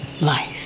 life